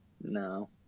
No